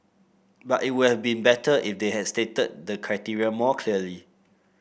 but it would have been better if they stated the criteria more clearly